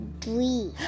three